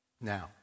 Now